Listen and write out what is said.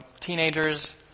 teenagers